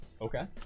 Okay